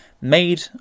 made